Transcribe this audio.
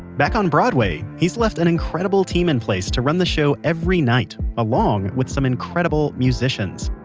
back on broadway, he's left an incredible team in place to run the show every night along with some incredible musicians.